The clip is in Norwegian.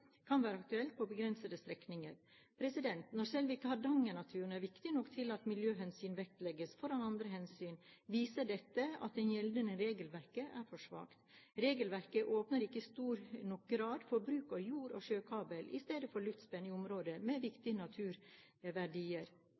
kan være aktuelt på begrensede strekninger. Når selv ikke hardangernaturen er viktig nok til at miljøhensyn vektlegges foran andre hensyn, viser dette at det gjeldende regelverket er for svakt. Regelverket åpner ikke i stor nok grad for bruk av jord- og sjøkabel i stedet for luftspenn i områder med viktige naturverdier.